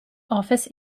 office